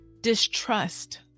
distrust